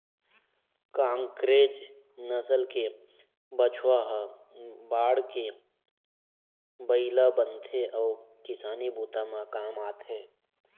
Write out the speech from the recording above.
कांकरेज नसल के बछवा ह बाढ़के बइला बनथे अउ किसानी बूता म काम आथे